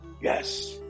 yes